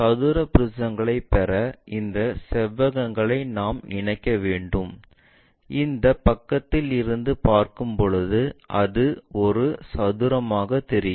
சதுர ப்ரிஸங்களைப் பெற இந்த செவ்வகங்களை நாம் இணைக்க வேண்டும் இந்த பக்கத்தில் இருந்து பார்க்கும் பொழுது அது ஒரு சதுரமாக தெரியும்